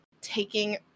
taking